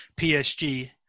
PSG